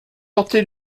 porté